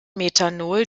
methanol